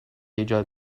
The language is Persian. ایجاد